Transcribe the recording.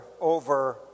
over